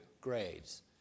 grades